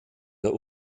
der